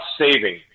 saving